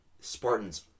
Spartans